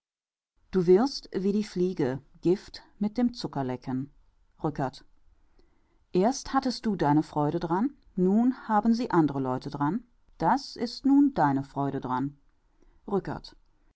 du wirst wie die fliege gift mit dem zuckerlecken rückert erst hattest du deine freude dran nun haben sie andre leute dran das ist nun deine freude dran rückert